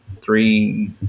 three